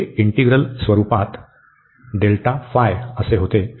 तर हे इंटीग्रल स्वरूपात होते